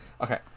Okay